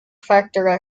factor